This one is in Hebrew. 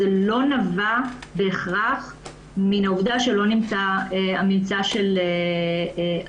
לא נבע בהכרח מן העובדה שלא נמצא הממצא של הסם.